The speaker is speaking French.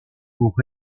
pour